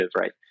right